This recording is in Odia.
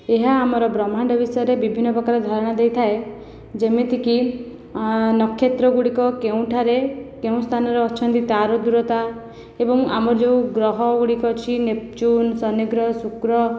ଏହା ଆମ ବ୍ରହ୍ମାଣ୍ଡ ବିଷୟରେ ବିଭିନ୍ନ ପ୍ରକାର ଧାରଣା ଦେଇଥାଏ ଯେମିତିକି ନକ୍ଷତ୍ର ଗୁଡ଼ିକ କେଉଁଠାରେ କେଉଁ ସ୍ଥାନରେ ଅଛନ୍ତି ତା'ର ଦୂରତା ଏବଂ ଆମର ଯେଉଁ ଗ୍ରହ ଗୁଡ଼ିକ ଅଛି ନେପଚୁନ ଶନି ଗ୍ରହ ଶୁକ୍ର